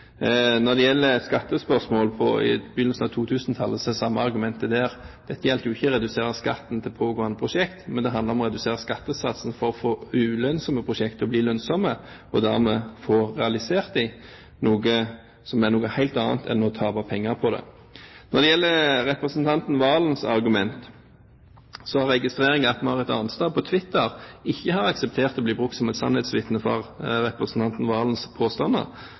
Når det gjelder skattespørsmål på begynnelsen av 2000-tallet, er det det samme argumentet der. Dette handler ikke å redusere skatten til pågående prosjekter, men det handler om å redusere skattesatsen for å få ulønnsomme prosjekter til å bli lønnsomme, og dermed få realisert dem. Det er noe helt annet enn å tape penger på det. Når det gjelder representanten Serigstad Valens argument, registrerer jeg at Marit Arnstad – på Twitter – ikke har akseptert å bli brukt som et sannhetsvitne for representanten Serigstad Valens påstander.